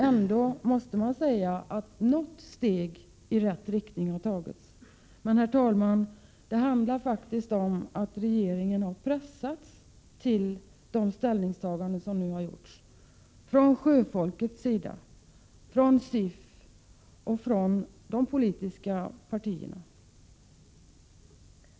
Ändå måste man säga att något steg i rätt riktning har tagits, men, herr talman, det handlar faktiskt om att regeringen har pressats till de ställningstaganden som den nu har gjort, från sjöfolkets sida, från SIF och från politiska partier.